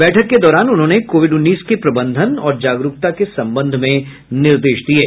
बैठक के दौरान उन्होंने कोविड उन्नीस के प्रबंधन और जागरूकता के संबंध में निर्देश दिये